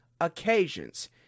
occasions